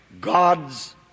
God's